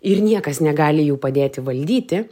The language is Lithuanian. ir niekas negali jų padėti valdyti